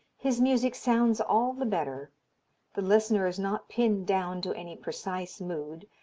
his music sounds all the better the listener is not pinned down to any precise mood,